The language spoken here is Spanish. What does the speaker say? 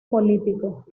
político